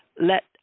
Let